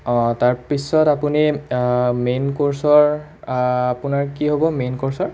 অঁ তাৰ পিছত আপুনি মেইন কৰ্ছৰ আপোনাৰ কি হ'ব মেইন কৰ্ছৰ